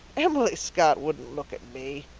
emily scott wouldn't look at me